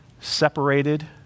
separated